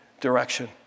direction